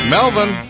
Melvin